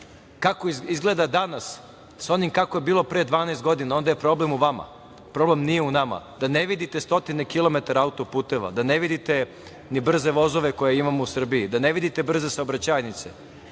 kako izgleda danas sa onim kako je bilo pre 12 godina, onda je problem u vama. Problem nije u nama. Ne vidite stotine kilometara autoputeva, da ne vidite ni brze vozove koje imamo u Srbiji, da ne vidite brze saobraćajnice,